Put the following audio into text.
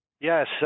Yes